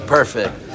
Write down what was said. Perfect